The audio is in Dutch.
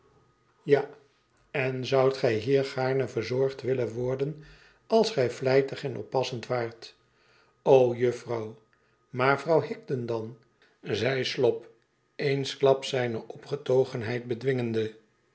ja en zoudt dj hier gaarne verzorgd willen worden als gij vlijtig en oppassend waart o juffrouw maar vrouw higden dan zei slop eensklaps zijne opgetogenheid bedwingende